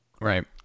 Right